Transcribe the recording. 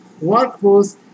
workforce